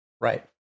right